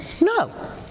No